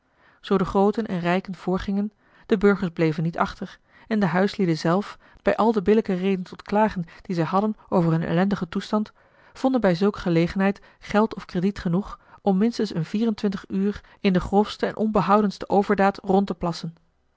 zoo de grooten en rijken voorgingen de burgers bleven niet achter en de huislieden zelf bij al de billijke reden tot klagen die zij hadden over hun ellendigen toestand vonden bij zulke gelegenheid geld of krediet genoeg om minstens een vier-en-twintig uur in de grofste en onbehouwenste overdaad rond te plassen